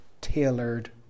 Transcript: tailored